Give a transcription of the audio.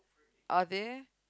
are they